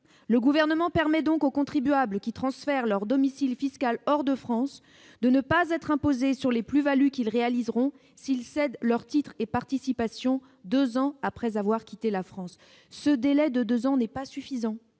le Gouvernement permet donc aux contribuables qui transfèrent leur domicile fiscal hors de France de ne pas être imposés sur les plus-values qu'ils réaliseront s'ils cèdent leurs titres et participations deux ans après avoir quitté la France. Ce délai de deux ans n'est pas suffisant,